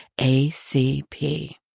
ACP